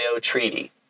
Treaty